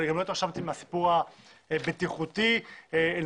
וגם לא התרשמתי מהסיפור הבטיחותי אל